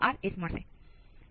2 ટકા હશે